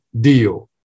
deal